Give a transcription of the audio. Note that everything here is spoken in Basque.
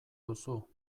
duzu